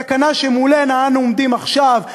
הסכנה שמולה אנו עומדים עכשיו,